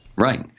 Right